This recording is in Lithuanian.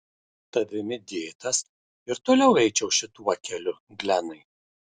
tavimi dėtas ir toliau eičiau šituo keliu glenai